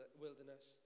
wilderness